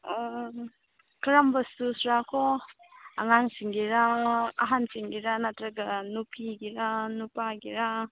ꯑꯣ ꯀꯔꯝꯕ ꯁꯨꯁꯔꯥꯀꯣ ꯑꯉꯥꯡꯁꯤꯡꯒꯤꯔꯥ ꯑꯍꯟꯁꯤꯡꯒꯤꯔꯥ ꯅꯠꯇ꯭ꯔꯒ ꯅꯨꯄꯤꯒꯤꯔꯥ ꯅꯨꯄꯥꯒꯤꯔꯥ